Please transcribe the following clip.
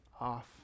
off